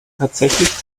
tatsächlich